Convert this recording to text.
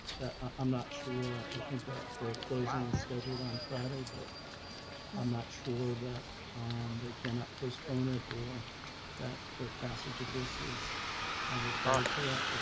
i'm not sure i think that they're closing is scheduled on friday, but i'm not sure that they cannot postpone it or that the passage of this is required for that,